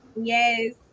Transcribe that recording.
Yes